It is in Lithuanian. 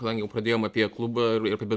kadangi jau pradėjom apie klubą ir apie